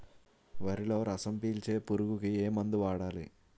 వరిలో రసం పీల్చే పురుగుకి ఏ మందు వాడాలి?